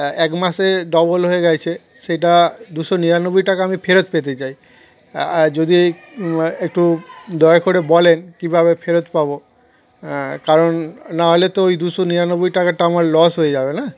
এক মাসে ডবল হয়ে গিয়েছে সেটা দুশো নিরানব্বই টাকা আমি ফেরত পেতে চাই যদি একটু দয়া করে বলেন কীভাবে ফেরত পাবো কারণ নাহলে তো ওই দুশো নিরানব্বই টাকাটা আমার লস হয়ে যাবে না